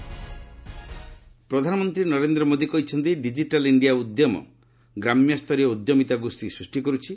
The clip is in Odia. ପିଏମ୍ ଡିକିଟାଲ୍ ପ୍ରଧାନମନ୍ତ୍ରୀ ନରେନ୍ଦ୍ର ମୋଦି କହିଛନ୍ତି ଡିଜିଟାଲ୍ ଇଣ୍ଡିଆ ଉଦ୍ୟମ ଗ୍ରାମ୍ୟସ୍ତରୀୟ ଉଦ୍ୟମିତା ଗୋଷ୍ଠୀ ସୃଷ୍ଟି କରୁଛି